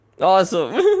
Awesome